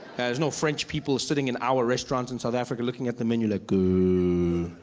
there's no french people sitting in our restaurants in south africa looking at the menu like, ah,